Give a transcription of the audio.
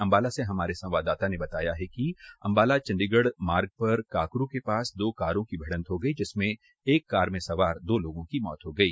अम्बाला से हमारे संवाददाता ने बताया कि अम्बाला चण्डीगढ मार्ग पर काकरू के पास दो कारों की भिडंत हो गई जिसमें एक कार में सवार दो लोगों की मौत हो गई